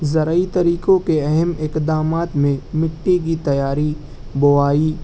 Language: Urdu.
زرعی طریقوں کے اہم اقدامات میں مٹی کی تیاری بوائی